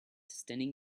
standing